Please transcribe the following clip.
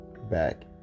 back